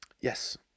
Yes